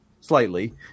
slightly